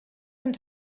ens